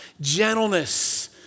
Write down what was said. gentleness